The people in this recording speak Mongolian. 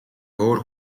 өөр